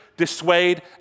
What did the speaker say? dissuade